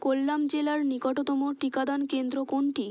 কোল্লাম জেলার নিকটতম টিকাদান কেন্দ্র কোনটি